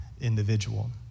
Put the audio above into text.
individual